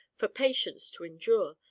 for patience to endure,